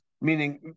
meaning